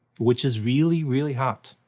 which is really, really hot.